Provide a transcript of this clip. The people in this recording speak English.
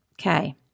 Okay